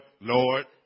Lord